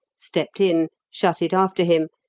stepped in, shut it after him,